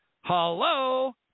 hello